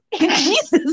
Jesus